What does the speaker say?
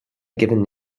given